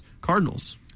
Cardinals